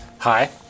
Hi